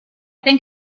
think